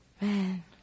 Man